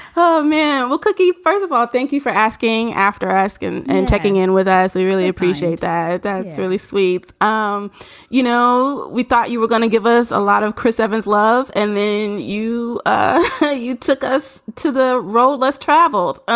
oh, man. well, cookie. first of all, thank you for asking. after asking and checking in with us, we really appreciate that. that's really sweet um you know, we thought you were gonna give us a lot of chris evans love. and then, you know, ah yeah you took us to the road less traveled